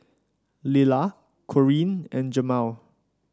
Lilla Corrine and Jamel